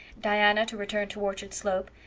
diana to return to orchard slope,